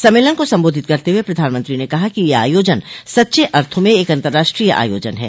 सम्मेलन को संबोधित करते हुए प्रधानमंत्री न कहा कि यह आयोजन सच्चे अर्थों में एक अंतर्राष्ट्रीय आयोजन है